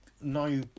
no